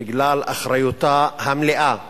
ובגלל אחריותה המלאה למצב,